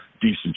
decent